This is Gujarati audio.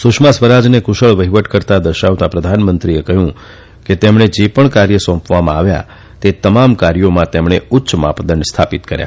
સુષ્મા સ્વરાજને કુશળ વહીવટકર્તા દર્શાવતાં પ્રધાનમંત્રીએ કહયું કે તેમણે જે પણ કાર્ય સોંપવામાં આવ્યા તે તમામ કાર્યોમાં તેમણે ઉચ્ય માપદંડ સ્થાપિત કર્યા